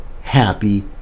happy